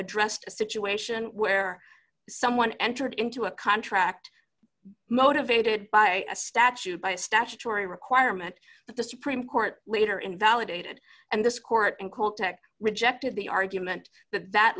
addressed a situation where someone entered into a contract motivated by a statute by a statutory requirement that the supreme court later invalidated and this court in caltech rejected the argument that